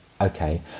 Okay